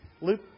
Luke